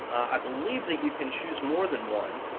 i believe that you can choose more than one.